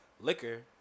Liquor